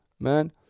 man